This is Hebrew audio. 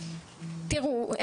תראו,